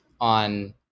on